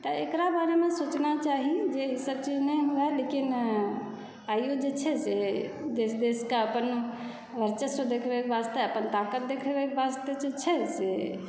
तऽ एकरा बारेमे सोचना चाही जे ई सभ चीज नहि हुए लेकिन आइ ओ जे छै से देश देशके अपन वर्चस्व देखबैके वास्ते ताकत देखबैके वास्ते जे छै से